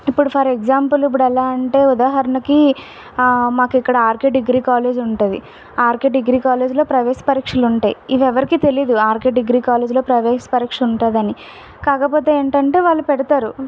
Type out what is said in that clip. ఇప్పుడు for example ఇప్పుడు ఎలా అంటే ఉదాహరణకి మాకు ఇక్కడ ఆర్కే డిగ్రీ కాలేజ్ ఉంటుంది ఆర్కే డిగ్రీ కాలేజ్లో ప్రవేశ పరీక్షలు ఉంటాయి ఇవి ఎవరికీ తెలియదు ఆర్కే డిగ్రీ కాలేజ్లో ప్రవేశ పరీక్ష ఉంటుంది అని కాకపోతే ఏమిటంటే వాళ్ళు పెడుతారు